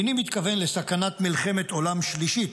איני מתכוון לסכנת מלחמת עולם שלישית,